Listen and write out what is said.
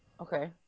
Okay